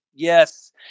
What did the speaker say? Yes